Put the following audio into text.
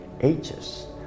ages